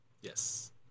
yes